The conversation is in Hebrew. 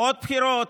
עוד בחירות,